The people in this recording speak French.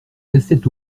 restait